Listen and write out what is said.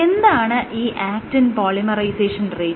എന്താണ് ഈ actin polymerisation rate